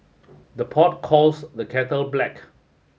the pot calls the kettle black